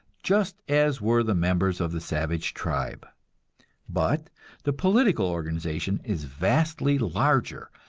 just as were the members of the savage tribe but the political organization is vastly larger,